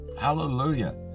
Hallelujah